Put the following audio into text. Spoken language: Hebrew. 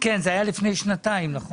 זה היה לפני שנתיים, נכון?